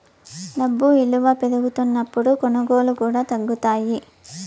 డబ్బు ఇలువ పెరుగుతున్నప్పుడు కొనుగోళ్ళు కూడా తగ్గుతాయి